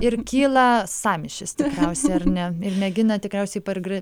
ir kyla sąmyšis tikriausiai ar ne ir mėgina tikriausiai pargri